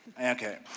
Okay